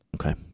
Okay